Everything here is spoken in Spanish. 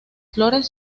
flores